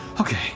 Okay